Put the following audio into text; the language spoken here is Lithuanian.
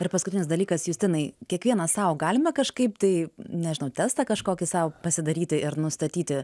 ir paskutinis dalykas justinai kiekvienas sau galime kažkaip tai nežinau testą kažkokį sau pasidaryti ir nustatyti